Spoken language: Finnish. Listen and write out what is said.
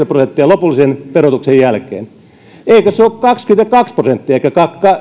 prosenttia lopullisen verotuksen jälkeen eikö se ole kaksikymmentäkaksi prosenttia eikä